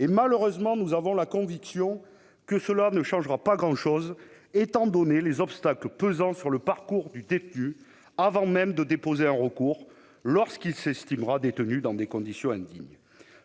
Malheureusement, nous avons la conviction que cela ne changera pas grand-chose au regard des obstacles dressés sur le parcours du détenu, avant même le dépôt d'un recours, lorsqu'il estimera indignes ses conditions de détention.